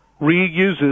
reuses